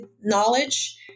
knowledge